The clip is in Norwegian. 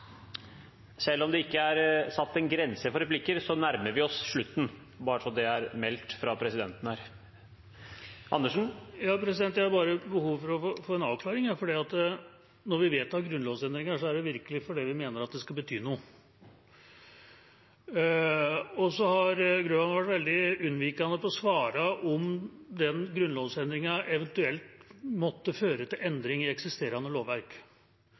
Selv om det ikke er satt en grense for antallet replikker, nærmer vi oss slutten. Jeg har bare behov for å få en avklaring, for når vi vedtar grunnlovsendringer, er det virkelig fordi vi mener at det skal bety noe. Grøvan har vært veldig unnvikende med å svare på om den grunnlovsendringen eventuelt må føre til endringer i eksisterende lovverk.